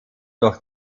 durch